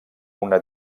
una